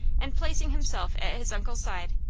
and placing himself at his uncle's side,